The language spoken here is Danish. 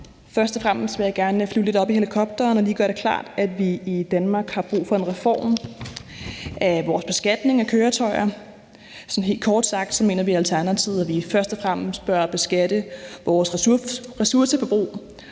Først og fremmest vil jeg gerne flyve lidt op i helikopteren og lige gøre det klart, at vi i Danmark har brug for en reform af vores beskatning af køretøjer. Sådan helt kort sagt mener vi i Alternativet, at vi først og fremmest bør beskatte vores ressourceforbrug.